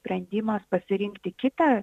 sprendimas pasirinkti kitą